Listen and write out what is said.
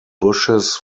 bushes